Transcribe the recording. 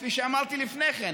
כפי שאמרתי לפני כן.